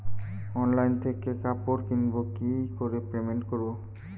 Online থেকে কাপড় কিনবো কি করে পেমেন্ট করবো?